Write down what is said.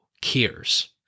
cares